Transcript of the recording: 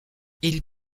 ils